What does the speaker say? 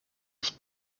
ich